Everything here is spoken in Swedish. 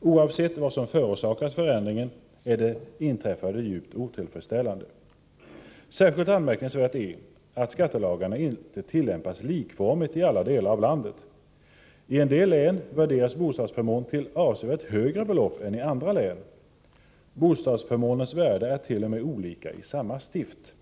Oavsett vad som förorsakat förändringen är det inträffade djupt otillfredsställande. Särskilt anmärkningsvärt är att skattelagarna inte tillämpas likformigt i alla delar av landet. I en del län värderas bostadsförmånen till avsevärt högre belopp än i andra län. Bostadsförmånens värde är t.o.m. olika i samma stift.